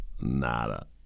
Nada